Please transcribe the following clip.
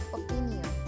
opinion